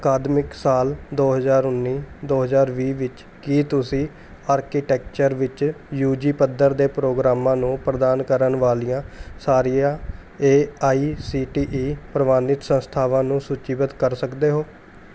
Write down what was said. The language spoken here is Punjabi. ਅਕਾਦਮਿਕ ਸਾਲ ਦੋ ਹਜ਼ਾਰ ਉੱਨੀ ਦੋ ਹਜ਼ਾਰ ਵੀਹ ਵਿੱਚ ਕੀ ਤੁਸੀਂ ਆਰਕੀਟੈਕਚਰ ਵਿੱਚ ਯੂ ਜੀ ਪੱਧਰ ਦੇ ਪ੍ਰੋਗਰਾਮਾਂ ਨੂੰ ਪ੍ਰਦਾਨ ਕਰਨ ਵਾਲੀਆਂ ਸਾਰੀਆਂ A I C T E ਪ੍ਰਵਾਨਿਤ ਸੰਸਥਾਵਾਂ ਨੂੰ ਸੂਚੀਬੱਧ ਕਰ ਸਕਦੇ ਹੋ